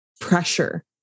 pressure